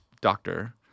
doctor